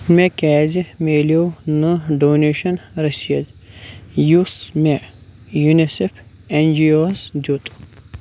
مےٚ کیٛٛازِ مِلٮ۪و نہٕ ڈونیشن رٔسیٖدٕ یُس مےٚ یوٗنِسیٚف این جی او وَس دِیُت؟